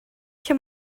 lle